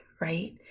Right